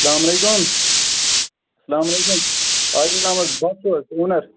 اَسَلامُ علیکُم اَسَلامُ علیکُم عادِل احمد بٹٚ چھُو حظ اوٗنَر